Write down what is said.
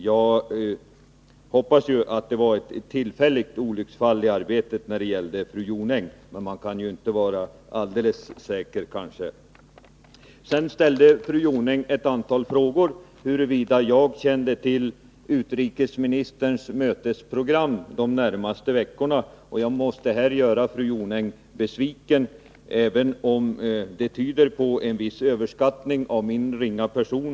Jag hoppas att det var ett tillfälligt olycksfall i arbetet när det gäller fru Jonäng, men man kan kanske inte vara alldeles säker. Sedan ställde fru Jonäng ett antal frågor. Hon undrade bl.a. huruvida jag känner till utrikesministerns mötesprogram de närmaste veckorna. Jag måste här göra fru Jonäng besviken. Frågan tyder på en viss överskattning av min ringa person.